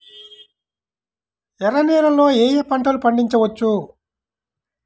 ఎర్ర నేలలలో ఏయే పంటలు పండించవచ్చు?